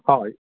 हय